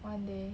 one day